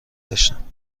داشتم